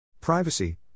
Privacy